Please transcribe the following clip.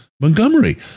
Montgomery